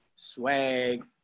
Swag